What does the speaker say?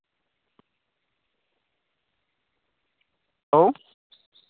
hello